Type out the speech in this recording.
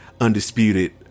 Undisputed